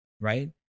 Right